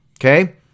okay